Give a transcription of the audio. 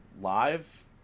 live